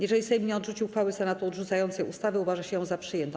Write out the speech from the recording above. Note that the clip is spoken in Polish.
Jeżeli Sejm nie odrzuci uchwały Senatu odrzucającej ustawę, uważa się ją za przyjętą.